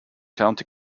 county